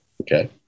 Okay